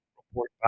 Report